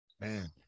man